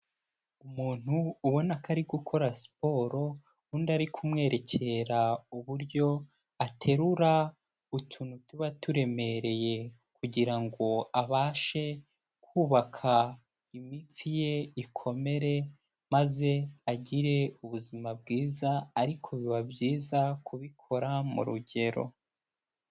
Umuntu ubona ko ari gukora siporo, undi ari kumwerekera uburyo aterura utuntu tuba turemereye, kugira ngo abashe kubaka imitsi ye ikomere maze agire ubuzima bwiza, ariko biba byiza kubikora mu rugero.